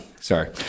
Sorry